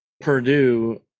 Purdue